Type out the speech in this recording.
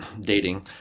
dating